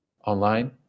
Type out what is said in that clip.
online